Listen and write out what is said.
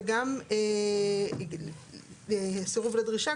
וגם סירוב לדרישה,